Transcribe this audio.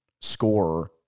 scorer